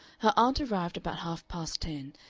her aunt arrived about half-past ten,